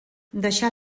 deixà